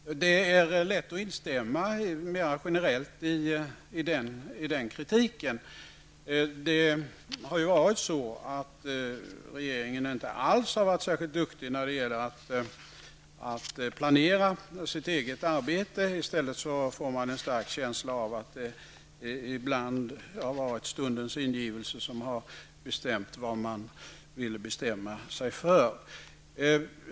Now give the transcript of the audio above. Det är lätt att instämma mera generellt i den kritiken. Regeringen har ju inte alls varit särskilt duktig på att planera sitt eget arbete. Man får en stark känsla av att det ibland har varit stundens ingivelse som har varit avgörande för vad regeringen har bestämt sig för.